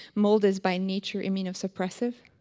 mold is by nature immuno-suppressive.